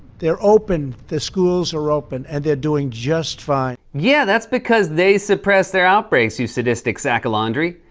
they're open, the schools are open. and they're doing just fine. yeah, that's because they suppressed their outbreaks, you sadistic sack of laundry.